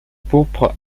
pourpres